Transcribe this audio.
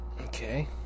Okay